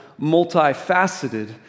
multifaceted